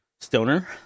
stoner